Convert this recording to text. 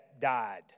died